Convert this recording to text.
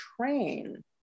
train